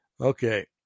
Okay